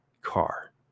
car